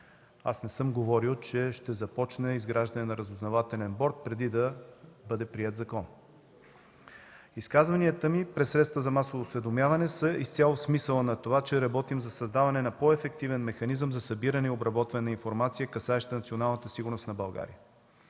аз не съм говорил, че ще започне изграждане на Разузнавателен борд преди да бъде приет законът. Изказванията ми пред средствата за масово осведомяване са изцяло в смисъла на това, че работим за създаване на по-ефективен механизъм за събиране и обработване на информация, касаеща националната сигурност на България.